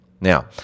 Now